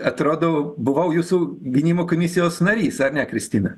atrodo buvau jūsų gynimo komisijos narys ar ne kristina